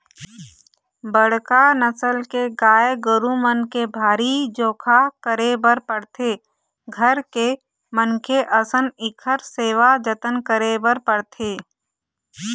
बड़का नसल के गाय गरू मन के भारी जोखा करे बर पड़थे, घर के मनखे असन इखर सेवा जतन करे बर पड़थे